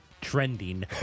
Trending